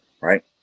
right